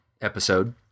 episode